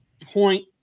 point